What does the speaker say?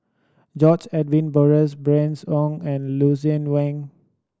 George Edwin Bogaars Bernice Ong and Lucien Wang